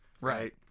right